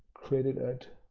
created at.